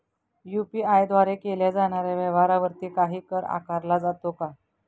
UPI द्वारे केल्या जाणाऱ्या व्यवहारावरती काही कर आकारला जातो का?